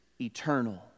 eternal